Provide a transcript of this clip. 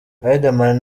riderman